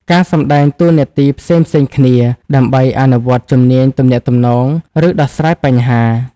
ការសម្តែងតួនាទីផ្សេងៗគ្នា ដើម្បីអនុវត្តជំនាញទំនាក់ទំនង ឬដោះស្រាយបញ្ហា។